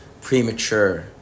premature